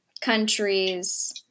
countries